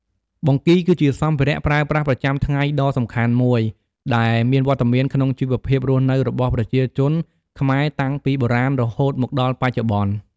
បង្គីគឺជាសម្ភារៈប្រើប្រាស់ប្រចាំថ្ងៃដ៏សំខាន់មួយ ដែលមានវត្តមានក្នុងជីវភាពរស់នៅរបស់ប្រជាជនខ្មែរតាំងពីបុរាណរហូតមកដល់បច្ចុប្បន្ន។